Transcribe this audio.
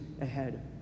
ahead